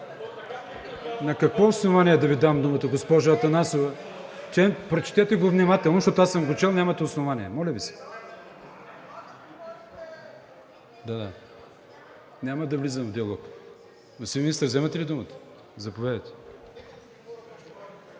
На какво основание да Ви дам думата, госпожо Атанасова. Прочетете го внимателно, защото аз съм го чел. Нямате основание, моля Ви. Няма да влизам в диалог. Господин Министър, вземате ли думата? Заповядайте.